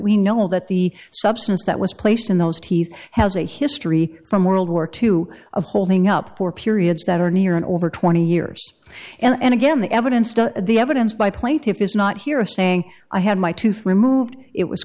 we know that the substance that was placed in those teeth has a history from world war two of holding up for periods that are near and over twenty years and again the evidence to the evidence by plaintiff is not here of saying i had my tooth removed it was